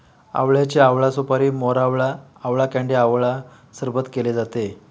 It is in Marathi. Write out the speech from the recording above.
आवळ्याचे आवळा सुपारी, मोरावळा, आवळा कँडी आवळा सरबत केले जाते